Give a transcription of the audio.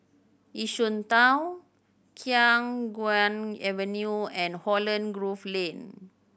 Yishun Town Khiang Guan Avenue and Holland Grove Lane